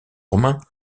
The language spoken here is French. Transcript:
romains